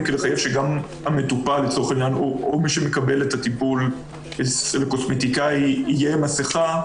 לחייב שהמטופל אצל רופא השיניים והלקוח אצל הקוסמטיקאי יהיו עם מסכה,